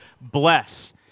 Bless